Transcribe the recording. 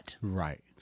Right